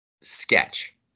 sketch